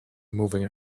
moving